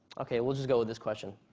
ok, we'll just go with this question.